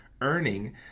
earning